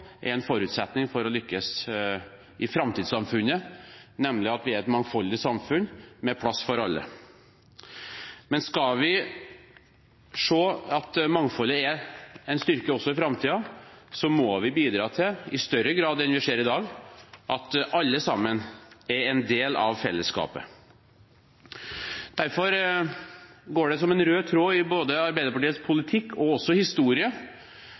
er en forutsetning for å lykkes i framtidssamfunnet, nemlig at vi er et mangfoldig samfunn med plass for alle. Men skal vi se at mangfoldet er en styrke også i framtiden, må vi bidra til – i større grad enn vi ser i dag – at alle sammen er en del av fellesskapet. Derfor går det som en rød tråd gjennom både politikken og